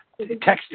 texting